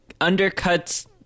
undercuts